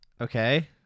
Okay